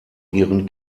ihren